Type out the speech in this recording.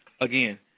Again